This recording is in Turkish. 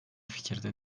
fikirde